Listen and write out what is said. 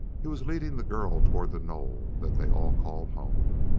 he was leading the girl toward the knoll that they all called home.